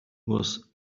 was